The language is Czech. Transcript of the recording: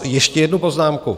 Ještě jednu poznámku.